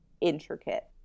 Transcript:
intricate